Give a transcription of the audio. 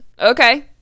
okay